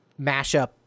mashup